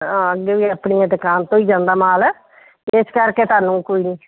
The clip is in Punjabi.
ਅੱਗੇ ਵੀ ਆਪਣੀਆਂ ਦੁਕਾਨ ਤੋਂ ਹੀ ਜਾਂਦਾ ਮਾਲ ਇਸ ਕਰਕੇ ਤੁਹਾਨੂੰ ਕੋਈ ਨਹੀਂ